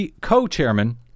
co-chairman